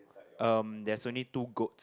um there's only two goats